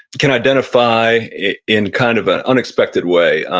can identify in kind of an unexpected way.